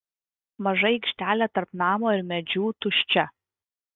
maža aikštelė tarp namo ir medžių tuščia